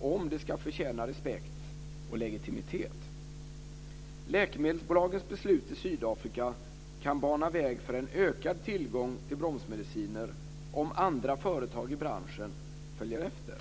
om den ska förtjäna respekt och legitimitet. Läkemedelsbolagens beslut i Sydafrika kan bana väg för en ökad tillgång till bromsmediciner om andra företag i branschen följer efter.